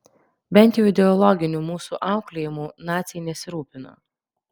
bent jau ideologiniu mūsų auklėjimu naciai nesirūpino